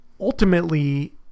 ultimately